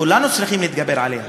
כולנו צריכים להתגבר עליה,